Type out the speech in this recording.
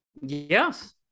Yes